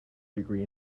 degree